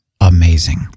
amazing